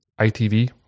ITV